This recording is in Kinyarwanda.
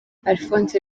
alphonse